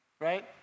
right